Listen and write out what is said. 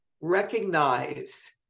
Recognize